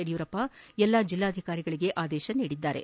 ಯಡಿಯೂರಪ್ಪ ಜಿಲ್ಲಾಧಿಕಾರಿಗಳಿಗೆ ಆದೇಶಿಸಿದ್ದಾರೆ